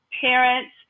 parents